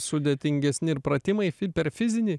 sudėtingesni ir pratimai fi per fizinį